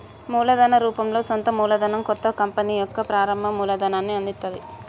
మూలధన రూపంలో సొంత మూలధనం కొత్త కంపెనీకి యొక్క ప్రారంభ మూలాన్ని అందిత్తది